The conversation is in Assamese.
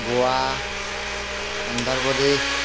গোৱা অন্ধ্ৰ প্ৰদেশ